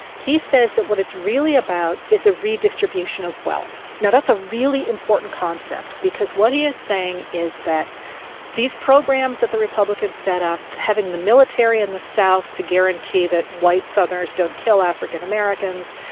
he says that what it's really about is a redistribution of wealth. yeah that's a really important concept, because what he is saying is that these programs that the republicans set up, having the military in the south to guarantee that white southerners don't kill african americans,